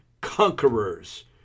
conquerors